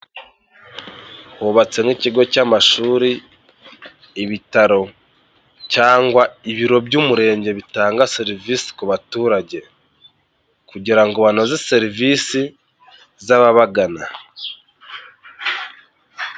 Hubatsemo ikigo cy'amashuri, ibitaro cyangwa ibiro by'umurenge bitanga serivise ku baturage kugira ngo banoze serivise z'ababagana.